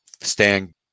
stand